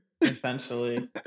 essentially